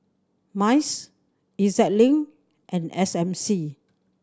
MICE E Z Link and S M C